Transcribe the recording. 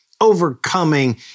overcoming